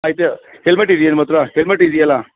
ಆಯಿತು ಹೆಲ್ಮೆಟ್ ಇದೆಯಾ ನಿಮ್ಮ ಹತ್ತಿರ ಹೆಲ್ಮೆಟ್ ಇದೆಯಲ್ಲ